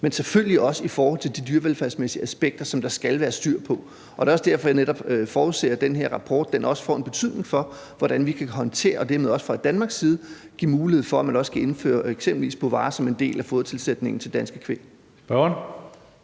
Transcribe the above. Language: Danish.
men selvfølgelig også i forhold til de dyrevelfærdsmæssige aspekter, som der skal være styr på. Det er også derfor, jeg netop forudser, at den her rapport også får en betydning for, hvordan vi kan håndtere det, og dermed også fra Danmarks side give mulighed for, at man også kan indføre eksempelvis Bovaer som en del af fodertilsætningen til danske kvæg. Kl.